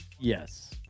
Yes